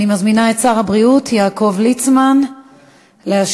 אני מזמינה את שר הבריאות יעקב ליצמן להשיב